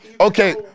okay